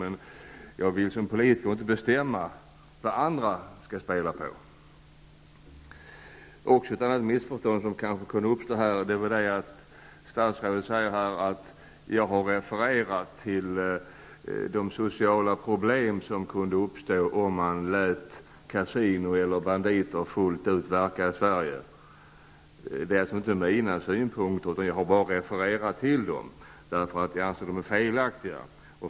Men som politiker vill jag inte bestämma vad andra skall spela på. Ett annat missförstånd som kan uppstå i det här sammanhanget gäller följande. Statsrådet säger att jag har refererat till de sociala problem som kan uppstå om kasinon eller ''banditer'' fullt ut får verka i Sverige. Vad jag har återgett är alltså inte mina synpunkter utan andras. Jag har gjort det därför att jag anser att de är felaktiga.